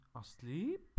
asleep